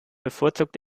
bevorzugt